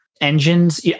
engines